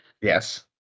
Yes